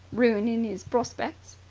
ruinin' is prospecks!